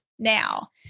Now